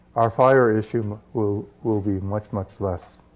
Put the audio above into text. our fire issue will will be much, much less.